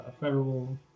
federal